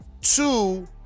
two